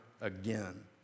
again